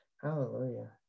Hallelujah